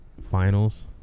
finals